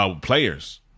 Players